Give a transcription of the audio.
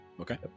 Okay